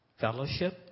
Fellowship